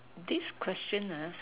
this question